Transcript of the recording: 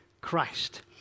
Christ